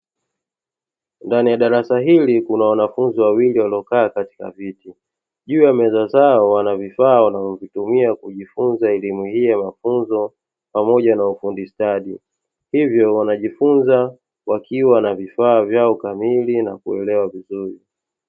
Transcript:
Ndani ya darasa hili kuna wanafunzi wawili waliokaa katika viti, juu ya meza zao wanavifaa wanavyovitumia kujifunza elimu hii ya mafunzo pamoja na mafunzo ya ufudi stadi, hivyoo wanajifunza wakiwa na vifaa vyao kamili na kuelewa vizuri.